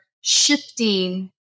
shifting